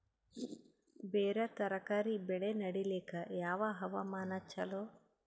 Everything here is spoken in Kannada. ಬೇರ ತರಕಾರಿ ಬೆಳೆ ನಡಿಲಿಕ ಯಾವ ಹವಾಮಾನ ಚಲೋ?